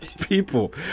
People